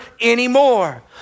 anymore